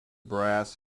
brass